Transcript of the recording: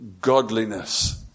godliness